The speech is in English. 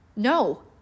No